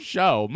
Show